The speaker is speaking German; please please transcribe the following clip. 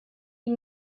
die